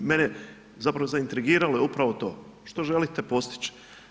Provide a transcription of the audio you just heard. Mene zapravo zaintrigiralo je upravo to što želite postići?